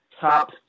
top